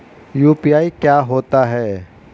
UPI क्या होता है?